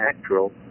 natural